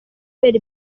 kubera